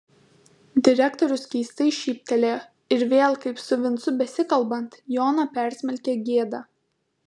direktorius keistai šyptelėjo ir vėl kaip su vincu besikalbant joną persmelkė gėda